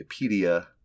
Wikipedia